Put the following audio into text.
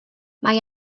mae